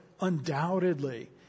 undoubtedly